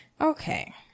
Okay